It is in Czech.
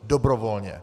Dobrovolně.